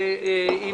אני